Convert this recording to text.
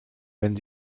wenn